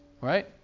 right